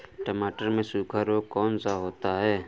टमाटर में सूखा रोग कौन सा होता है?